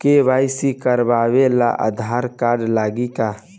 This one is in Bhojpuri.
के.वाइ.सी करावे ला आधार कार्ड लागी का?